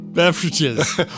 Beverages